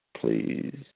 Please